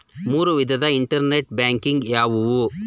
ಮೂರು ವಿಧದ internet banking ಯಾವುವು?